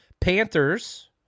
Panthers